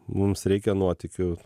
mums reikia nuotykių